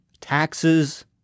taxes